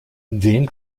dem